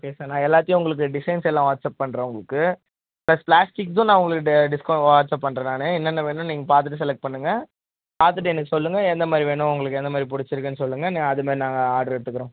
okay sir நான் எல்லாத்தையும் உங்களுக்கு டிசைன்ஸ் எல்லாம் வாட்ஸ்அப் பண்ணுறேன் உங்களுக்கு ப்ளஸ் பிளாஸ்டிக்தும் நான் உங்களுக்கு டிஸ்கவு் வாட்ஸ்அப் பண்ணுறேன் நான் என்னென்ன வேணும்னு நீங்கள் பார்த்துட்டு செலக்ட் பண்ணுங்கள் பார்த்துட்டு எனக்கு சொல்லுங்கள் எந்த மாதிரி வேணும் உங்களுக்கு எந்த மாதிரி பிடிச்சிருக்குன்னு சொல்லுங்கள் அதுமாதிரி நாங்கள் ஆட்ரு எடுத்துக்கிறோம்